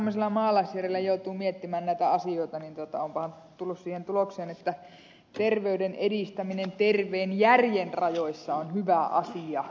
kun tämmöisellä maalaisjärjellä joutuu miettimään näitä asioita niin olenpahan tullut siihen tulokseen että terveyden edistäminen terveen järjen rajoissa on hyvä asia